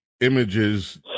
images